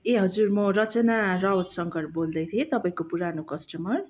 ए हजुर म रचना रावत शङ्कर बोल्दै थिएँ तपाईँको पुरानो कस्टमर